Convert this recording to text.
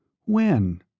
When